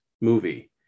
movie